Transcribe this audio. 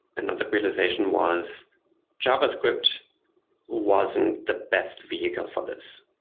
another realization was javascript wasn't the best vehicle for this.